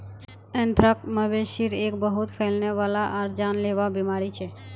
anthrax, मवेशिर एक बहुत फैलने वाला आर जानलेवा बीमारी छ